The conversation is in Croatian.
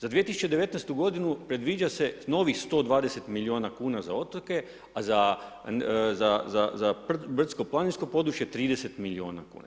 Za 2019. g. predviđa se novih 120 milijuna kn za otoke, za brdsko planinsko područje 30 milijuna kn.